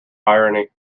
irony